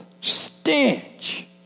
stench